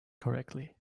correctly